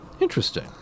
interesting